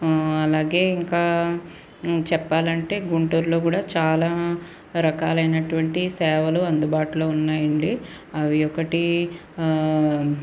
అలాగే ఇంకా చెప్పాలంటే గుంటూరులో కూడా చాలా రకాలైనటులంటి సేవలు అందుబాటులో ఉన్నాయండి అవి ఒకటి